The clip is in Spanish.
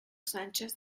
sánchez